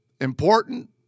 important